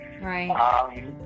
Right